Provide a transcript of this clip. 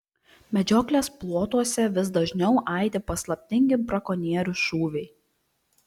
medžioklės plotuose vis dažniau aidi paslaptingi brakonierių šūviai